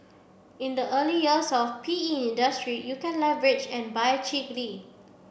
in the early years of P E industry you can leverage and buy cheaply